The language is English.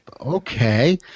okay